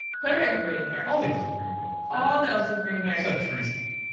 cutter had great hair. all the elves have pretty good hair. all the elves have great hair. except treestump,